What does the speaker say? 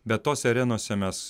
bet tose arenose mes